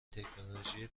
تکنولوژی